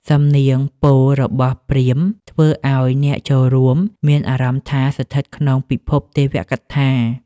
សំនៀងពោលរបស់ព្រាហ្មណ៍ ធ្វើឱ្យអ្នកចូលរួមមានអារម្មណ៍ថាស្ថិតក្នុងពិភពទេវកថា។